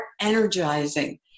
energizing